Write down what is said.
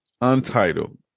Untitled